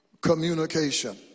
communication